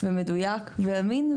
מדויק ואמין,